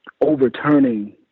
overturning